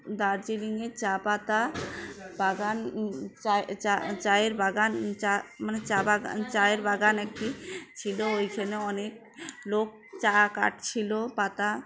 দার্জিলিংয়ে চা পাতা বাগান চায় চা চায়ের বাগান চা মানে চা বাগান চায়ের বাগান একই ছিলো ওইখানে অনেক লোক চা কাটছিলো পাতা